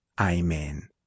Amen